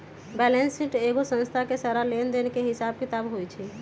balance sheet एगो संस्था के सारा लेन देन के हिसाब किताब होई छई